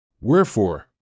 Wherefore